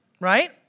right